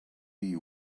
you